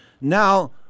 Now